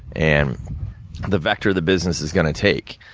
and the vector the business is gonna take.